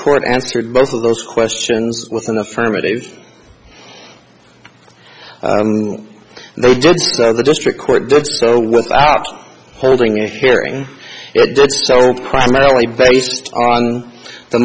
court answered both of those questions with an affirmative they did the district court did so without holding a hearing primarily based on the